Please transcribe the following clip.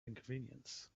inconvenience